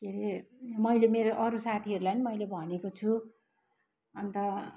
के रे मैले मेरो अरू साथीहरूलाई मैले भनेको छु अन्त